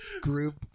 group